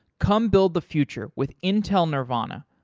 come build the future with intel nervana.